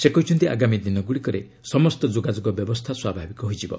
ସେ କହିଛନ୍ତି ଆଗାମୀ ଦିନଗୁଡ଼ିକରେ ସମସ୍ତ ଯୋଗାଯୋଗ ବ୍ୟବସ୍ଥା ସ୍ୱାଭାବିକ ହୋଇଯିବ